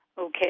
Okay